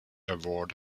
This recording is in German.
award